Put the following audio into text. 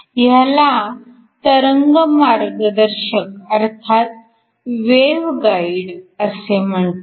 ह्याला तरंग मार्गदर्शक अर्थात वेव्ह गाईड असे म्हणतात